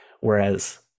Whereas